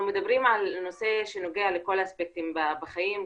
אנחנו מדברים על נושא שנוגע לכל האספקטים בחיים,